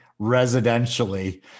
residentially